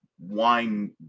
Wine